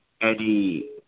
Eddie